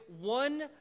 one